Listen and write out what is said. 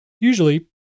usually